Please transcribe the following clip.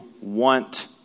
want